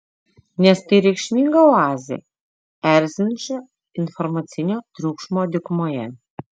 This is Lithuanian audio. nes tai reikšminga oazė erzinančio informacinio triukšmo dykumoje